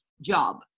job